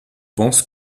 pensent